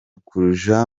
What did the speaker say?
kuja